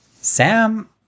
Sam